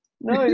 No